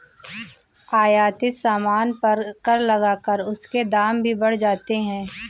आयातित सामान पर कर लगाकर उसके दाम भी बढ़ जाते हैं